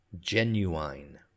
Genuine